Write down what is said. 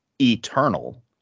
eternal